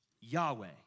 Yahweh